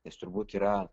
nes turbūt yra